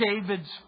David's